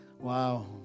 wow